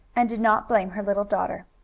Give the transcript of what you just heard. and did not blame her little daughter.